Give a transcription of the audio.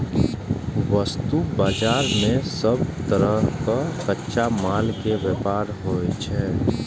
वस्तु बाजार मे सब तरहक कच्चा माल के व्यापार होइ छै